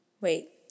Wait